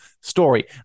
story